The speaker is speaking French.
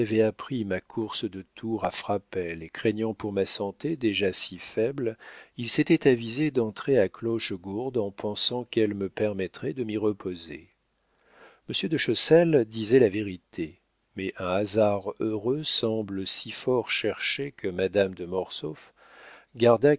appris ma course de tours à frapesle et craignant pour ma santé déjà si faible il s'était avisé d'entrer à clochegourde en pensant qu'elle me permettrait de m'y reposer monsieur de chessel disait la vérité mais un hasard heureux semble si fort cherché que madame de mortsauf garda